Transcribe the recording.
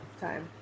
Time